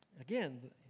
Again